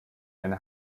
eine